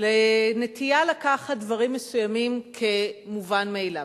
לנטייה לקחת דברים מסוימים כמובן מאליו.